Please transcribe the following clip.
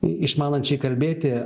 išmanančiai kalbėti